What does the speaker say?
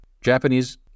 Japanese